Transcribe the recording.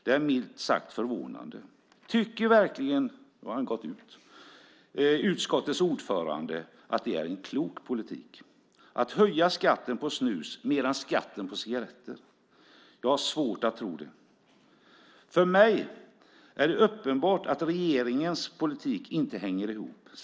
Det är minst sagt förvånande. Tycker verkligen utskottets ordförande att det är en klok politik att höja skatten mer på snus än på cigaretter? Jag har svårt att tro det. För mig är det uppenbart att regeringens politik inte hänger ihop.